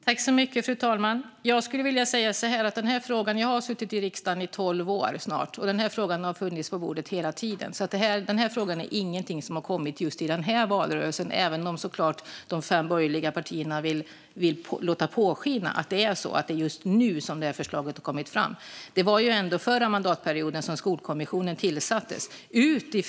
Fru talman! Jag har suttit i riksdagen i snart tolv år, och den här frågan har funnits på bordet hela tiden. Den här frågan är ingenting som har kommit just i den här valrörelsen, även om såklart de fem borgerliga partierna vill låta påskina att det är så, att det är just nu som föreslaget har kommit fram. Det var ändå under förra mandatperioden som Skolkommissionen tillsattes.